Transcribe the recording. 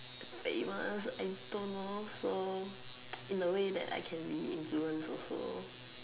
like you want ask I don't know so in a way that I can be influenced also